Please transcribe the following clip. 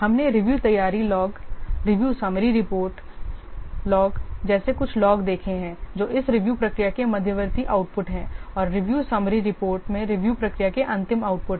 हमने रिव्यू तैयारी log review summary report log जैसे कुछ लॉग देखे हैं जो इस रिव्यू प्रक्रिया के मध्यवर्ती आउटपुट हैं और रिव्यू समरी रिपोर्ट में रिव्यू प्रक्रिया के अंतिम आउटपुट हैं